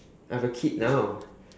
I have a kid now